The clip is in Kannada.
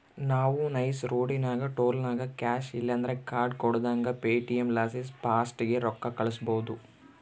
ನಾವು ನೈಸ್ ರೋಡಿನಾಗ ಟೋಲ್ನಾಗ ಕ್ಯಾಶ್ ಇಲ್ಲಂದ್ರ ಕಾರ್ಡ್ ಕೊಡುದಂಗ ಪೇಟಿಎಂ ಲಾಸಿ ಫಾಸ್ಟಾಗ್ಗೆ ರೊಕ್ಕ ಕಳ್ಸ್ಬಹುದು